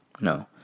No